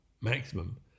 maximum